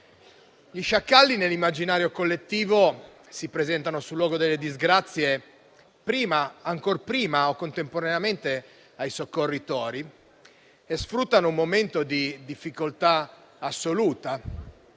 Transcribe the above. Gli sciacalli nell'immaginario collettivo si presentano sul luogo delle disgrazie ancor prima o contemporaneamente ai soccorritori e sfruttano un momento di difficoltà assoluta.